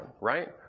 right